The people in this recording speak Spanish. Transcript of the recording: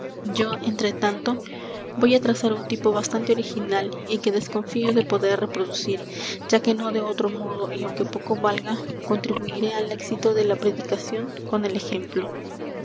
yo entre tanto voy á trazar un tipo bastante original y que desconfío de poder reproducir ya que no de otro modo y aunque poco valga contribuiré al éxito de la predicación con el ejemplo